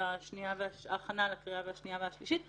השנייה והשלישית,